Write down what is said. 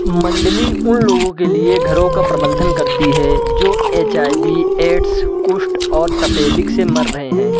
मंडली उन लोगों के लिए घरों का प्रबंधन करती है जो एच आई वी एड्स कुष्ठ और तपेदिक से मर रहे हैं